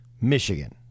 Michigan